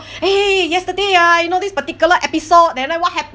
eh yesterday ah you know this particular episode then ah what happened